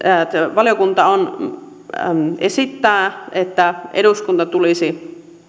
valiokunta esittää että eduskunta tulisi